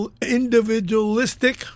individualistic